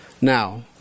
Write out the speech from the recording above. Now